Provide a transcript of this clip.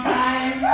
time